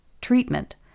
treatment